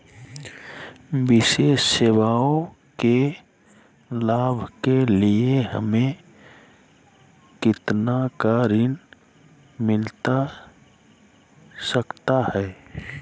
विशेष सेवाओं के लाभ के लिए हमें कितना का ऋण मिलता सकता है?